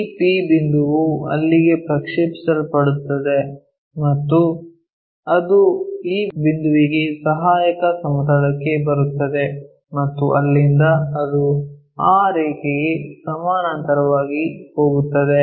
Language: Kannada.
ಈ p ಬಿಂದುವು ಅಲ್ಲಿಗೆ ಪ್ರಕ್ಷೇಪಿಸಲ್ಪಡುತ್ತದೆ ಮತ್ತು ಅದು ಈ ಬಿಂದುವಿಗೆ ಸಹಾಯಕ ಸಮತಲಕ್ಕೆ ಬರುತ್ತದೆ ಮತ್ತು ಅಲ್ಲಿಂದ ಅದು ಆ ರೇಖೆಗೆ ಸಮಾನಾಂತರವಾಗಿ ಹೋಗುತ್ತದೆ